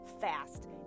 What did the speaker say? fast